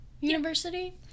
University